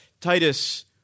Titus